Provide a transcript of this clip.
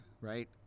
right